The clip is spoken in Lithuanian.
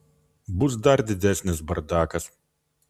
bus dar didesnis bardakas